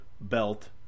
belt